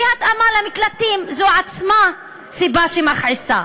אי-התאמה למקלטים זו עצמה סיבה שמכעיסה.